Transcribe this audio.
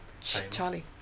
Charlie